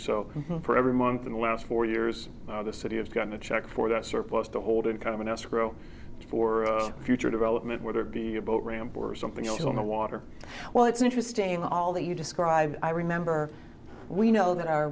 so for every month in the last four years the city has gotten a check for that surplus to hold in kind of an escrow for future development whether it be a boat ramp or something else on the water well it's interesting all the you described i remember we know that